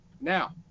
Now